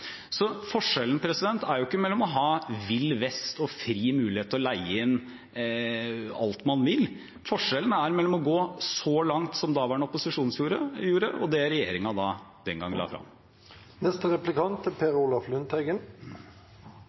Så forskjellen er jo ikke mellom å ha villvest og fri mulighet til å leie inn alt man vil. Forskjellen er mellom å gå så langt som daværende opposisjonen gjorde, og det regjeringen den gang la